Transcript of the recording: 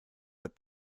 that